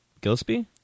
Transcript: Gillespie